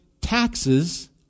taxes